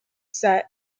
set